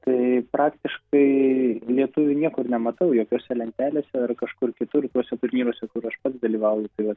tai praktiškai lietuvių niekur nematau jokiose lentelėse ar kažkur kitur tuose turnyruose kur aš pats dalyvauju tai vat